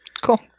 cool